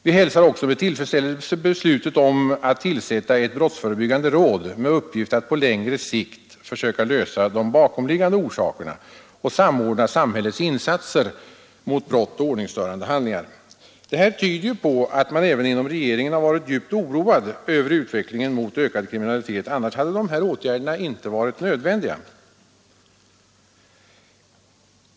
Vi hälsar också med tillfredsställelse beslutet att tillsätta ett brottsförebyggande råd med uppgift att på längre sikt försöka komma till rätta med de bakomliggande orsakerna och samordna samhällets insatser mot brott och ordningsstörande handlingar. Detta tyder på att även regeringen varit djupt oroad över utvecklingen mot ökad kriminalitet. Annars hade dessa åtgärder inte varit nödvändiga.